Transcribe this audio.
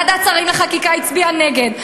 ועדת שרים לחקיקה הצביעה נגד.